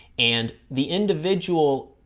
and the individual